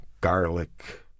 garlic